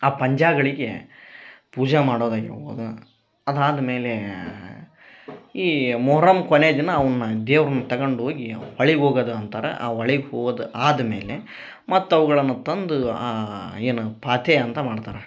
ಆ ಪಂಜಗಳಿಗೆ ಪೂಜೆ ಮಾಡೋದಾಗಿರ್ಬೋದ ಅದಾದ್ಮೇಲೆ ಈ ಮೊಹರಮ್ ಕೊನೆಯ ದಿನ ಅವನ್ನ ದೇವ್ರನ್ನ ತಗಂಡು ಹೋಗಿ ಹೊಳಿಗೆ ಹೋಗದ್ ಅಂತಾರ ಆ ಹೊಳಿಗ್ ಹೋದ ಆದ್ಮೇಲೆ ಮತ್ತೆ ಅವುಗಳನ್ನು ತಂದು ಆ ಏನ ಪಾತೆ ಅಂತ ಮಾಡ್ತರ